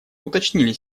уточнили